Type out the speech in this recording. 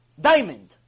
diamond